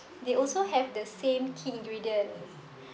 they also have the same key ingredient